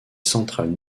centrales